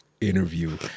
interview